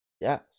Yes